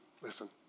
listen